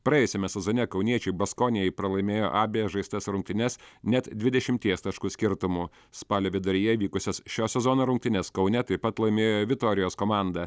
praėjusiame sezone kauniečiai beskoniai pralaimėjo abejas žaistas rungtynes net dvidešimties taškų skirtumu spalio viduryje vykusias šio sezono rungtynes kaune taip pat laimėjo vitorijos komanda